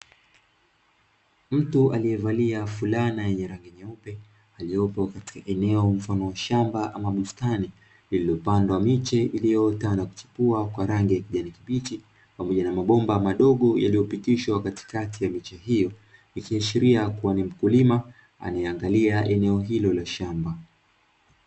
Mtu aliyevalia fulana yenye rangi nyeupe iliyopo katika eneo mfano wa shamba ama bustani lililopandwa miche iliyoota na kuchipua kwa rangi ya kijani kibichi pamoja na mabomba madogo yaliyopitishwa katikati ya miche hiyo, ikiashiria kuwa ni mkulima anayeangalia eneo hilo la shamba.